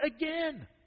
again